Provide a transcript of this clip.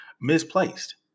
misplaced